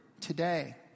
today